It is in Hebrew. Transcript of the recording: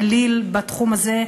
האליל בתחום הזה,